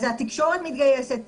אז התקשורת מתגייסת,